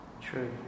True